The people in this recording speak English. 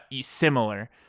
similar